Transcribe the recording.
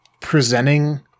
presenting